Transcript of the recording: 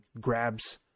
grabs